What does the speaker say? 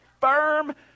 firm